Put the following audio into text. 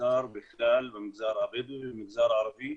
במגזר בכלל, במגזר הבדואי ובמגזר הערבי,